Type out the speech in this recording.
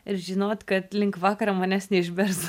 ir žinot kad link vakaro manęs neišbers